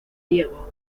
diego